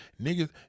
niggas